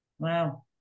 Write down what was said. Wow